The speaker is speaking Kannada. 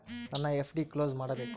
ನನ್ನ ಎಫ್.ಡಿ ಕ್ಲೋಸ್ ಮಾಡಬೇಕು